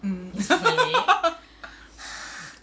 mm